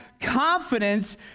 confidence